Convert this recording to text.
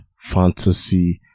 Fantasy